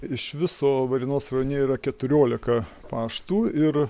iš viso varėnos rajone yra keturiolika paštų ir